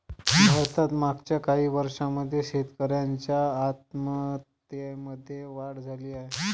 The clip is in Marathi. भारतात मागच्या काही वर्षांमध्ये शेतकऱ्यांच्या आत्महत्यांमध्ये वाढ झाली आहे